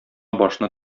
башны